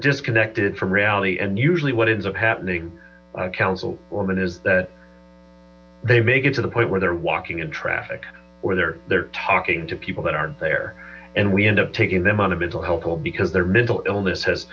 disconnected from reality and usually what ends up happening council woman is that they make it to the point where they're walking in traffic or they're there talking to people that aren't there and we end up taking them on a mental health road because they're mental illness has